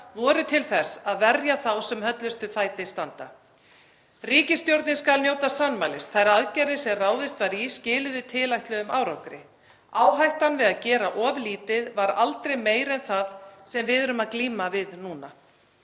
voru til þess að verja þá sem höllustum fæti standa. Ríkisstjórnin skal njóta sannmælis. Þær aðgerðir sem ráðist var í skiluðu tilætluðum árangri. Áhættan við að gera of lítið var aldrei meiri en það sem við erum að glíma við núna.